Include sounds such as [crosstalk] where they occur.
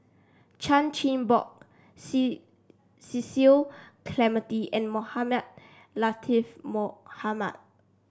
Chan Chin Bock [unintelligible] Cecil Clementi and Mohamed Latiff Mohamed